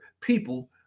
people